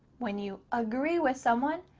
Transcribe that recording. when you agree with someone,